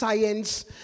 science